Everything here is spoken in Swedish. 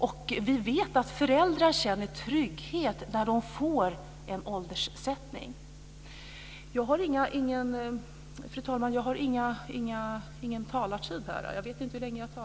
Och vi vet att föräldrar känner trygghet när de det anges en åldersgräns.